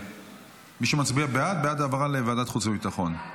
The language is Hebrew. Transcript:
מי שמצביע בעד, בעד העברה לוועדת חוץ וביטחון.